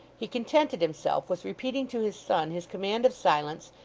he contented himself with repeating to his son his command of silence,